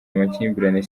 amakimbirane